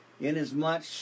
inasmuch